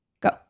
Go